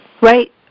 Right